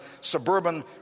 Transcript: suburban